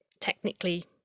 technically